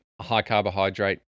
high-carbohydrate